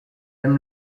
aime